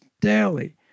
daily